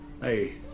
Hey